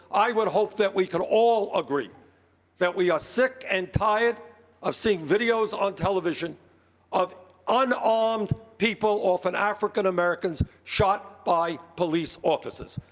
i would hope that we could all agree that we are sick and tired of seeing videos on television of unarmed people, often african-americans, shot by police officers.